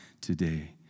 today